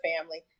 family